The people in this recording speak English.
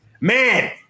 man